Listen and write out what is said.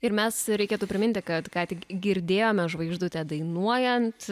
ir mes reikėtų priminti kad ką tik girdėjome žvaigždutę dainuojant